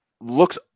looks